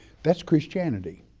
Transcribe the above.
that's christianity.